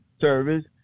service